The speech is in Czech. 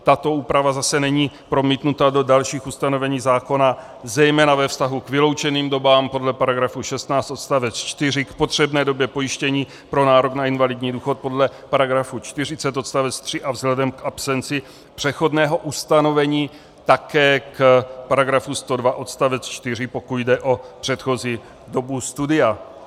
Tato úprava zase není promítnuta do dalších ustanovení zákona, zejména ve vztahu k vyloučeným dobám podle § 16 odst. 4, k potřebné době pojištění pro nárok na invalidní důchod podle § 40 odst. 3 a vzhledem k absenci přechodného ustanovení také k § 102 odst. 4, pokud jde o předchozí dobu studia.